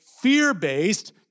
fear-based